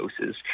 doses